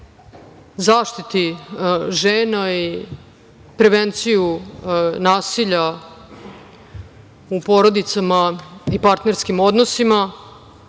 zaštiti žena i prevenciju nasilja u porodicama i partnerskim odnosima. Takođe,